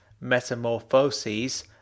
metamorphoses